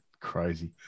crazy